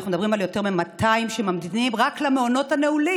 אנחנו מדברים על יותר מ-200 שממתינים רק למעונות הנעולים,